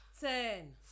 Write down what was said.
ten